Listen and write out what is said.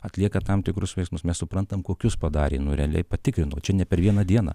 atliekant tam tikrus veiksmus mes suprantam kokius padarė nu realiai patikrinu čia ne per vieną dieną